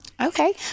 Okay